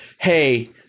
hey